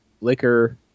liquor